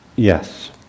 Yes